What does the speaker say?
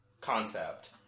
concept